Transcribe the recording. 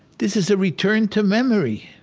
this is a return to memory.